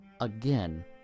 again